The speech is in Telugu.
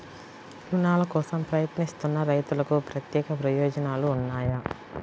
రుణాల కోసం ప్రయత్నిస్తున్న రైతులకు ప్రత్యేక ప్రయోజనాలు ఉన్నాయా?